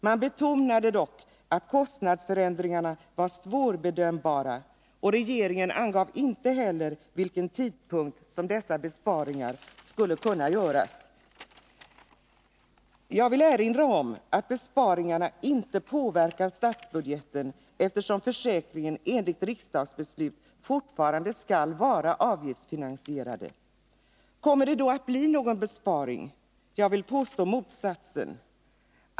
Man betonade dock att kostnadsförändringarna var svårbedömbara. Regeringen angav inte heller vid vilken tidpunkt som dessa besparingar skulle kunna göras. Jag vill erinra om att besparingarna inte påverkar statsbudgeten, eftersom försäkringen i enlighet med riksdagens beslut fortfarande skall vara avgiftsfinansierad. Kommer det då att bli någon besparing? Jag vill påstå motsatsen.